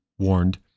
warned